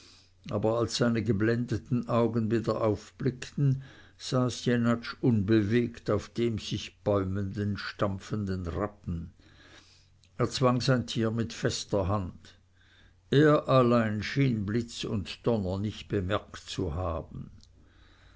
aber als seine geblendeten augen wieder aufblickten saß jenatsch unbewegt auf dem sich bäumenden stampfenden rappen er zwang sein tier mit fester hand er allein schien blitz und donner nicht bemerkt zu haben